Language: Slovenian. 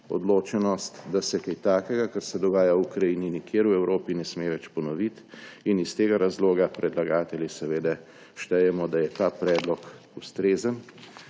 odločenost, da se kaj takega, kar se dogaja v Ukrajini, nikjer v Evropi ne sme več ponoviti. Iz tega razloga predlagatelji seveda štejemo, da je ta predlog ustrezen